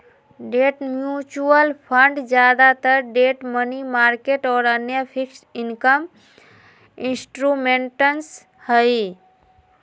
debt mutual fund ज्यादातर debt, money market और अन्य फिक्स्ड इनकम इंस्ट्रूमेंट्स हई